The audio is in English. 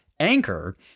Anchor